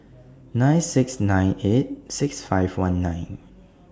nine six nine eight six five one nine